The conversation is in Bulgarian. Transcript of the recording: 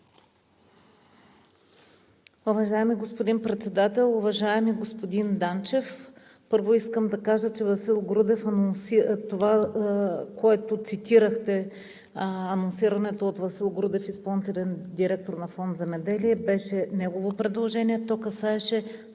Уважаеми господин Председател! Уважаеми господин Данчев, първо искам да кажа, че това, което цитирахте – анонсирането от Васил Грудев, изпълнителен директор на Фонд „Земеделие“, беше негово предложение. То касаеше само